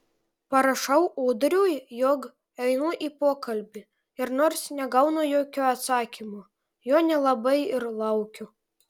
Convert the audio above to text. parašau ūdriui jog einu į pokalbį ir nors negaunu jokio atsakymo jo nelabai ir laukiu